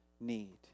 need